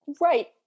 Right